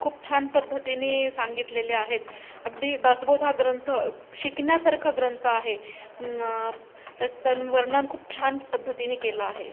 खूप छान पद्धतीने सांगितलेल्या आहेत अगदी दासबोध हा ग्रंथ शिकण्यासारखा ग्रंथ आहे त्यात त्यांनी वर्णन खूप छान पद्धतीने केलं आहे